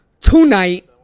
tonight